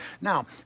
now